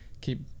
keep